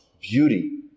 beauty